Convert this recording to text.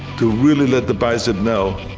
to really let the bicep know,